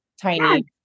tiny